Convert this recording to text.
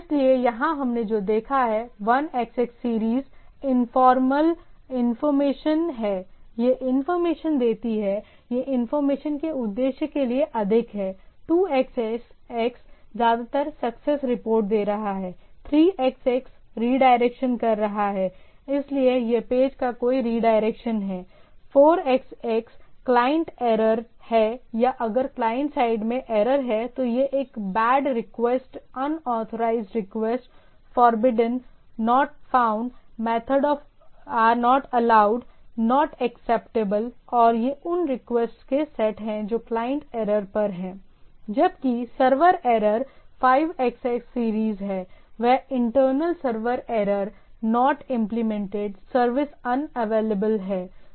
इसलिए यहां हमने जो देखा है 1xx सीरीज इनफॉर्मल इनफॉरमेशनल है यह इंफॉर्मेशन देती है यह इंफॉर्मेशन के उद्देश्य के लिए अधिक है 2xx ज्यादातर सक्सेस रिपोर्ट दे रहा है 3xx रीडायरेक्शन कर रहा है इसलिए यह पेज का कोई रीडायरेक्शन है4xx क्लाइंट एरर है या अगर क्लाइंट साइड में एरर है तो यह bad request unauthorised request unauthorized request forbidden not found methods not allowed not acceptable और ये उन रिक्वेस्ट के सेट हैं जो क्लाइंट एरर पर हैं जबकि सर्वर एरर 5xx सीरीज हैं वह internal server error not implemented service unavailable है